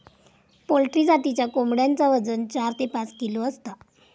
poultry जातीच्या कोंबड्यांचा वजन चार ते पाच किलो असता